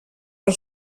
per